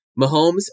Mahomes